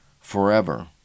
forever